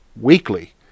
weekly